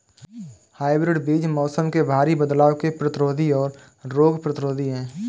hybrid बीज मौसम में भारी बदलाव के प्रतिरोधी और रोग प्रतिरोधी हैं